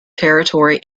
territory